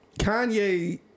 Kanye